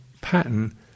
pattern